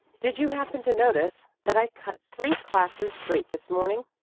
did you happen to notice that i cut three classes straight this morning?